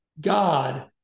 God